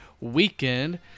weekend